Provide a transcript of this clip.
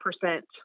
percent